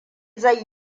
zai